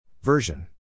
Version